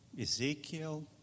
Ezekiel